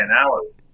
hours